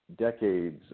decades